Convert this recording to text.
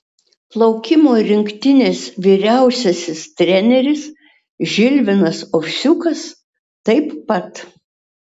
plaukimo rinktinės vyriausiasis treneris žilvinas ovsiukas taip pat